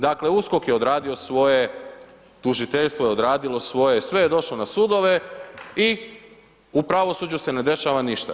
Dakle USKOK je odradio svoje, tužiteljstvo je odradilo svoje, sve je došlo na sudove i u pravosuđu se ne dešava ništa.